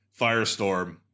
Firestorm